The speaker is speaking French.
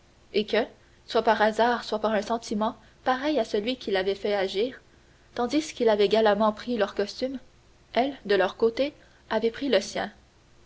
et que soit par hasard soit par un sentiment pareil à celui qui l'avait fait agir tandis qu'il avait galamment pris leur costume elles de leur côté avaient pris le sien